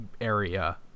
area